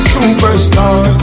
Superstar